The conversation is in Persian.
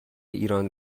ایران